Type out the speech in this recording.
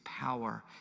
power